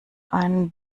ein